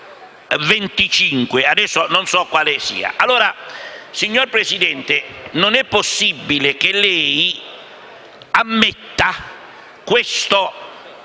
Signor Presidente, non è possibile che lei ammetta questo